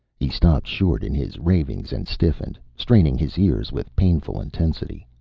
he stopped short in his ravings and stiffened, straining his ears with painful intensity.